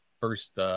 first